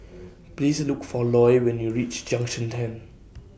Please Look For Loy when YOU REACH Junction ten